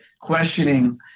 questioning